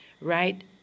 right